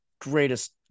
greatest